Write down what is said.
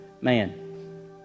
man